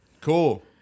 Cool